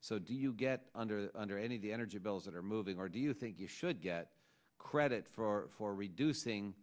so do you get under under any of the energy bills that are moving or do you think you should get credit for reducing